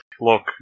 Look